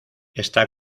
está